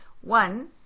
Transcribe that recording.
one